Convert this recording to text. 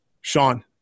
Sean